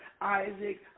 Isaac